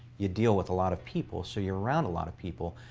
you deal with a lot of people, so you're around a lot of people.